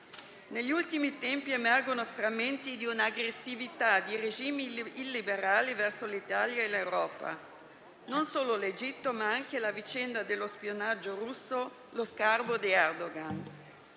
Negli ultimi tempi emergono frammenti di un'aggressività di regimi illiberali verso l'Italia e l'Europa. Penso non solo all'Egitto, ma anche alla vicenda dello spionaggio russo e allo sgarbo di Erdogan.